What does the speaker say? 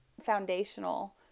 foundational